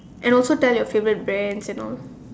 and also tell your favourite brands and all